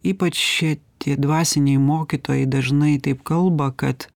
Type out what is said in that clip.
ypač tie dvasiniai mokytojai dažnai taip kalba kad